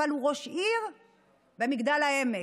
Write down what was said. אבל הוא ראש עיר במגדל העמק.